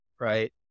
right